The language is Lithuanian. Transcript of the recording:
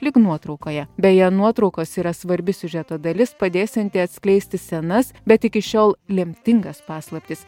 lyg nuotraukoje beje nuotraukos yra svarbi siužeto dalis padėsianti atskleisti senas bet iki šiol lemtingas paslaptis